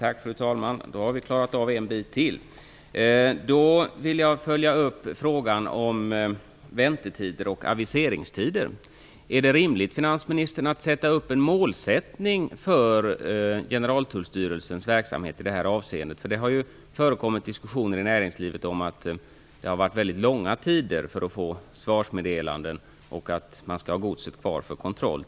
Fru talman! Då har vi klarat av en bit till. Då vill jag följa upp frågan om väntetider och aviseringstider. Är det rimligt, finansministern, att sätta upp en målsättning för Generaltullstyrelsens verksamhet i detta avseende? Det har ju förekommit diskussioner i näringslivet om att det har varit väldigt långa tider för att få svarsmeddelanden. Under tiden måste man ha godset kvar för kontroll.